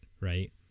right